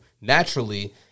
naturally